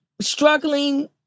struggling